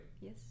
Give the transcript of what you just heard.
Yes